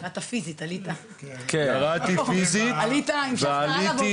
אתה ירדת פיזית, עלית, המשכת הלאה.